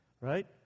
Right